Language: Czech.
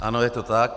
Ano, je to tak.